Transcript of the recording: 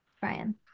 Brian